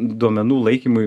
duomenų laikymui